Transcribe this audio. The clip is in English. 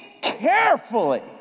carefully